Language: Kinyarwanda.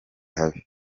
habi